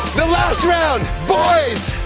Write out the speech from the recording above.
the last round, boys!